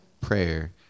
prayer